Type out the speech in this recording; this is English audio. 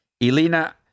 Elena